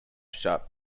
sharp